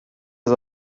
das